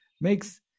makes